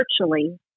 virtually